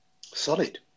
Solid